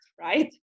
right